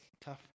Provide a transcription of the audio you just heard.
tough